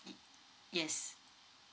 yes